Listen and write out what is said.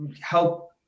help